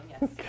yes